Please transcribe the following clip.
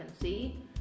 see